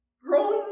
grown